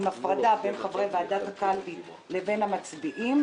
עם הפרדה בין חברי ועדת הקלפי לבין המצביעים.